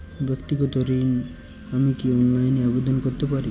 ব্যাক্তিগত ঋণ আমি কি অনলাইন এ আবেদন করতে পারি?